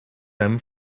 them